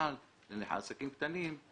לעסקים קטנים,